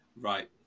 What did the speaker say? Right